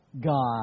God